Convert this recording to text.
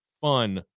fun